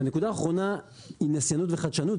הנקודה האחרונה היא נסיינות וחדשנות,